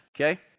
Okay